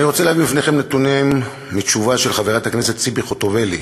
אני רוצה להביא בפניכם נתונים מתשובה של חברת הכנסת ציפי חוטובלי,